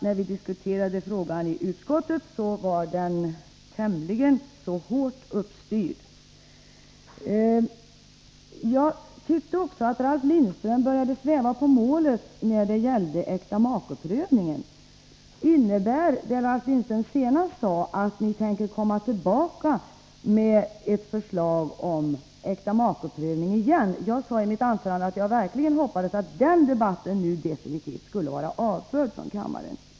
När vi diskuterade den frågan i utskottet var utgångspunkten att den skulle vara tämligen hårt styrd. Jag tyckte också att Ralf Lindström började sväva på målet när det gällde äktamakeprövningen. Innebär det som Ralf Lindström senast sade att ni tänker komma tillbaka med ett förslag om äktamakeprövning igen? Jag sade i mitt tidigare anförande att jag verkligen hoppas att den debatten nu definitivt skulle vara avförd från kammaren.